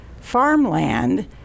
farmland